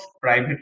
Private